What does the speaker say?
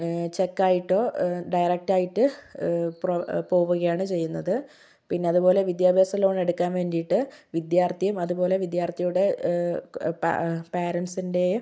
check ആയിട്ടോ direct ആയിട്ട് പോവുകയാണ് ചെയ്യുന്നത് പിന്നെ അതുപോലെ വിദ്യാഭ്യാസ ലോൺ എടുക്കാൻ വേണ്ടിയിട്ട് വിദ്യാർത്ഥിയും അതുപോലെ വിദ്യാർഥിയുടെയും പാരന്റ്സിന്റെ